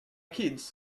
kids